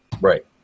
Right